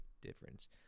difference